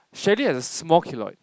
Sheralyn has a small keloid